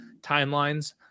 timelines